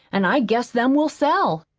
an' i guess them will sell.